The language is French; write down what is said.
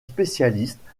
spécialiste